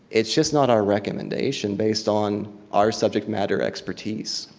it's just not our recommendation based on our subject matter expertise.